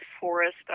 forest